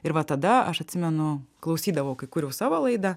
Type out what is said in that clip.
ir va tada aš atsimenu klausydavau kai kūriau savo laidą